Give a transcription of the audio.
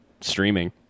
Streaming